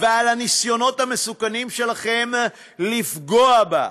ועל הניסיונות המסוכנים שלכם לפגוע בה,